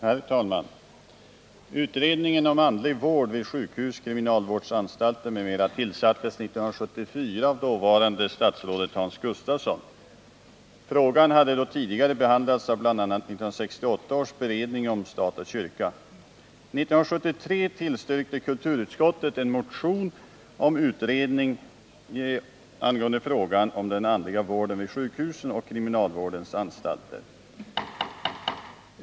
Herr talman! Utredningen om andlig vård vid sjukhus, kriminalvårdsanstalter m.m. tillsattes 1974 av dåvarande statsrådet Hans Gustafsson. Frågan hade tidigare behandlats av bl.a. 1968 års beredning om stat och kyrka. 1973 tillstyrkte kulturutskottet en motion om utredning av frågan om den andliga vården vid sjukhusen och kriminalvårdens anstalter.